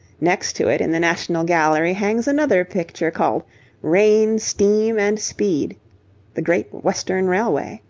next to it in the national gallery hangs another picture called rain, steam, and speed' the great western railway.